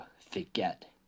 forget